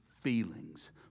feelings